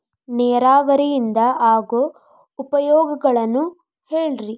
ನೇರಾವರಿಯಿಂದ ಆಗೋ ಉಪಯೋಗಗಳನ್ನು ಹೇಳ್ರಿ